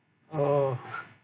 oh